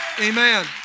Amen